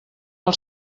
del